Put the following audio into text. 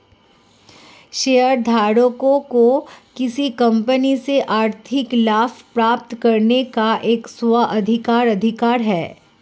शेयरधारकों को किसी कंपनी से आर्थिक लाभ प्राप्त करने का एक स्व अधिकार अधिकार है